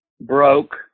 broke